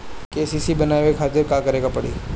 KCC बनवावे खातिर का करे के पड़ी?